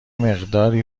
مقداری